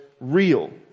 real